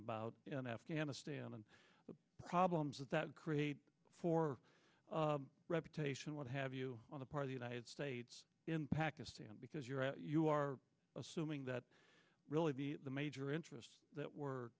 about in afghanistan and the problems that that creates for reputation what have you on the part of the united states in pakistan because you're out you are assuming that really the major interests that we're